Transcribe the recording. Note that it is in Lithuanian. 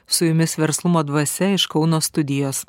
su jumis verslumo dvasia iš kauno studijos